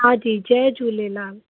हांजी जय झूलेलाल